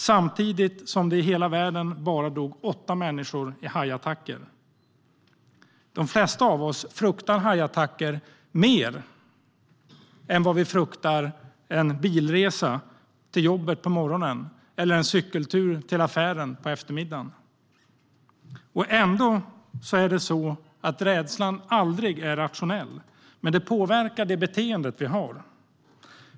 Samtidigt var det bara åtta människor i hela världen som dog i hajattacker.De flesta av oss fruktar hajattacker mer än en bilresa till jobbet på morgonen eller en cykeltur till affären på eftermiddagen. Rädslan är aldrig rationell. Men den påverkar vårt beteende.